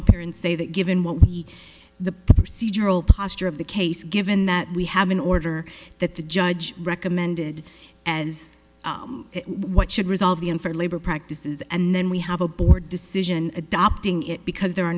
up here and say that given what we the procedural posture of the case given that we have an order that the judge recommended as what should resolve the unfair labor practices and then we have a board decision adopting it because there are